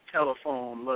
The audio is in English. Telephone